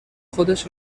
خودش